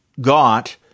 got